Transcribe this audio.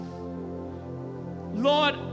Lord